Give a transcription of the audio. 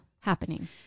Happening